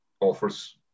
offers